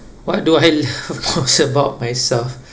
what do I love most about myself